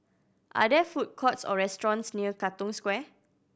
are there food courts or restaurants near Katong Square